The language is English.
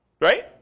Right